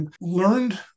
learned